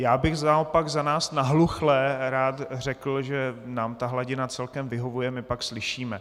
Já bych naopak za nás nahluchlé rád řekl, že nám ta hladina celkem vyhovuje, my pak slyšíme.